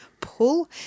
pull